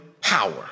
power